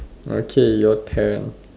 okay your turn